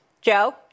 Joe